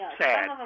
sad